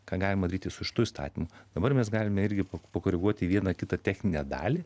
ką galima daryti su šitu įstatymu dabar mes galime irgi pakoreguoti vieną kitą techninę dalį